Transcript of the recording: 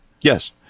Yes